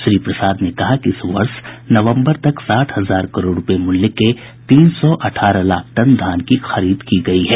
श्री प्रसाद ने कहा कि इस वर्ष नवम्बर तक साठ हजार करोड रुपये मूल्य के तीन सौ अठारह लाख टन धान की खरीद की गई है